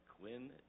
Quinn